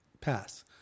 pass